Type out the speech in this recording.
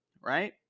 Right